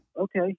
Okay